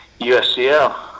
USCL